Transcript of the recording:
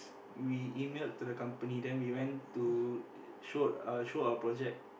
we emailed to the company then we went to showed uh show our project